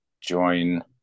join